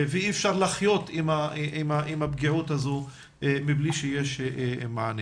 ואי אפשר לחיות עם הפגיעות הזאת מבלי שיש מענה.